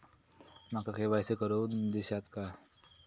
माका के.वाय.सी करून दिश्यात काय?